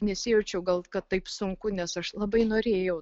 nesijaučiau gal kad taip sunku nes aš labai norėjau